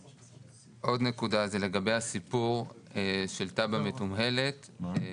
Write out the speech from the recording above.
עוד נקודה זה לגבי הסיפור של תב"ע מתומהלת שהיא